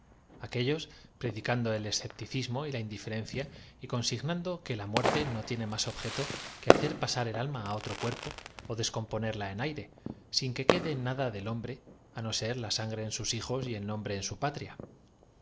sectarios y que mo y la indiferencia y consignando que la muerte no kuo tsé iba siempre seguido de un sacerdote cristiano tiene más objeto que hacer pasar el alma á otro cuer en las batallas po ó descomponerla en aire sin que quede nada del las revueltas políticas que á principios del siglo hombre á no ser la sangre en sus hijos y el nombre tercero de